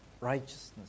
righteousness